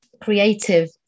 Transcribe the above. creative